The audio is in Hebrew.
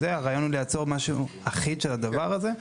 הרעיון הוא לייצר משהו אחיד של הדבר הזה.